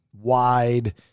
wide